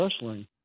Wrestling